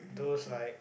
those like